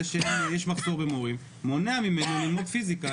זה שיש מחסור במורים מונע ממנו ללמוד פיזיקה,